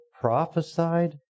prophesied